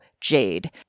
Jade